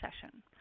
session